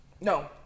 No